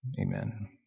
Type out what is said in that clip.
Amen